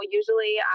usually